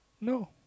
No